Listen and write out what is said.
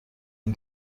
این